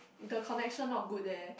the connection not good there